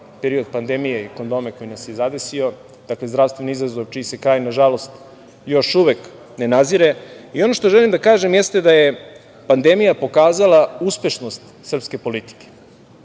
period pandemije i korone, koja nas je zadesila, dakle, zdravstveni izazov, čiji se, kraj, na žalost, još uvek ne nazire.I ono što želim da kažem, jeste da je pandemija pokazala uspešnost srpske politike.